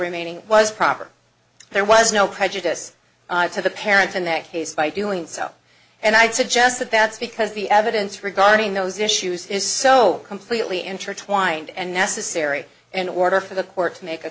remaining was proper there was no prejudice to the parents in that case by doing so and i'd suggest that that's because the evidence regarding those issues is so completely intertwined and necessary in order for the court to make a